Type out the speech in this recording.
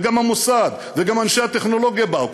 גם המוסד וגם אנשי הטכנולוגיה באו.